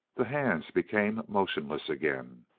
the hands became motionless again.